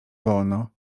wolno